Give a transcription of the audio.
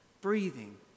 breathing